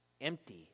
Empty